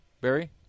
Barry